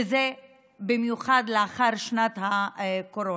וזה במיוחד לאחר שנת הקורונה.